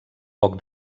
poc